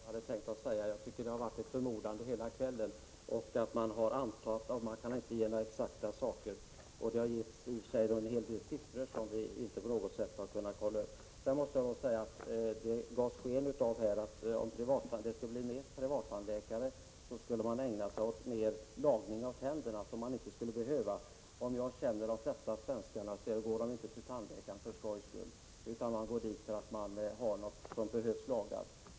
Herr talman! Jag tänkte säga praktiskt taget detsamma. Jag tycker att det har varit fråga om förmodanden här hela kvällen. Man lämnar inte några exakta uppgifter. Det har i och för sig nämnts en hel del siffror, men vi har ju inte haft någon möjlighet att kontrollera dem. Det gavs vidare sken av att det, om vi får fler privattandläkare, skulle bli fler onödiga tandlagningar. Om jag känner svenskarna rätt, går de flesta av dem inte till tandläkaren för skojs skull utan därför att man har behov av lagningar.